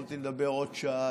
יכולתי לדבר עליו עוד שעה.